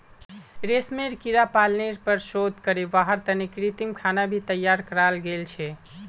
रेशमेर कीड़ा पालनेर पर शोध करे वहार तने कृत्रिम खाना भी तैयार कराल गेल छे